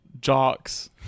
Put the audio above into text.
jocks